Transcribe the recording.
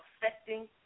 affecting